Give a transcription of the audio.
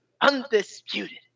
undisputed